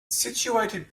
situated